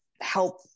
help